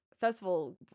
festival